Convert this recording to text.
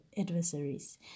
adversaries